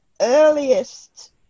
earliest